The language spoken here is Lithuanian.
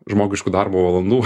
žmogiškų darbo valandų